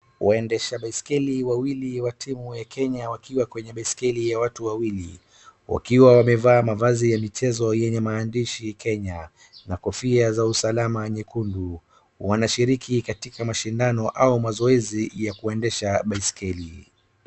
Waendesha baiskeli wawili wa timu ya Kenya wakiwa kwenye baiskeli ya watu wawili, wakiwa wamevaa mavazi ya michezo, yenye maandishi Kenya na kofia za usalama nyekundu, wanashiriki katika mashindano au mazoezi ya kuendesha basikeli.